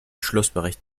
schlussbericht